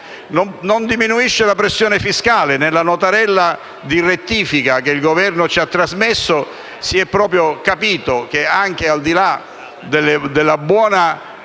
Non diminuisce la pressione fiscale. Nella noterella di rettifica che il Governo ci ha trasmesso si è proprio capito che, anche al di là della buona